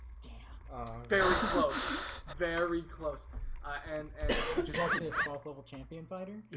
very close very close and and he just actually a twelfth level champion fighter